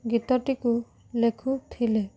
ଗୀତଟିକୁ ଲେଖୁଥିଲେ